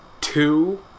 two